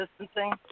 distancing